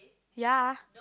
ya